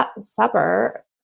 supper